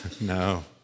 No